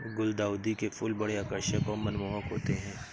गुलदाउदी के फूल बड़े आकर्षक और मनमोहक होते हैं